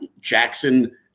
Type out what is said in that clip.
Jackson